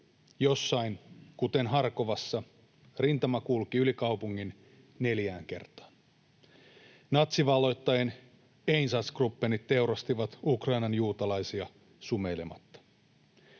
Jossain, kuten Harkovassa, rintama kulki neljään kertaan yli kaupungin. Natsivalloittajien Einsatzgruppenit teurastivat Ukrainan juutalaisia sumeilematta.